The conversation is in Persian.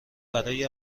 برای